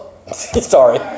Sorry